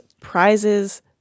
prizes